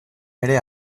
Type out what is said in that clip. ere